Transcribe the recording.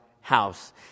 house